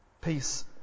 Peace